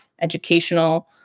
educational